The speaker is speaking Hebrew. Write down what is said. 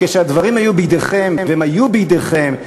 כשהדברים היו בידיכם, והם היו בידיכם,